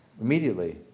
immediately